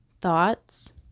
thoughts